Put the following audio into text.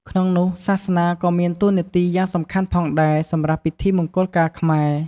ក្នងនោះសាសនាក៏មានតួនាទីយ៉ាងសំខាន់ផងដែរសម្រាប់ពិធីមង្គលការខ្មែរ។